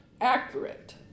accurate